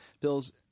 Bill's